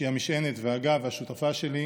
שהיא המשענת והגב והשותפה שלי,